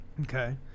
Okay